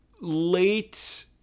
late